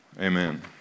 amen